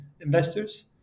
investors